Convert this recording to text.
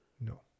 No